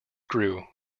grew